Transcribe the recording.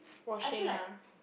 washing ah